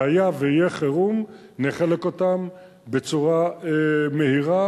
והיה ויהיה חירום נחלק אותן בצורה מהירה